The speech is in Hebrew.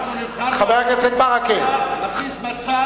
אנחנו נבחרנו על-פי מצע שאושר,